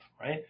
right